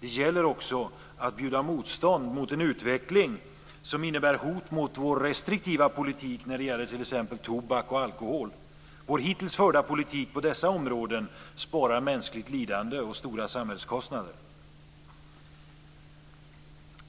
Det gäller också att bjuda motstånd mot en utveckling som innebär hot mot vår restriktiva politik när det gäller t.ex. tobak och alkohol. Vår hittills förda politik på dessa områden sparar mänskligt lidande och stora samhällskostnader.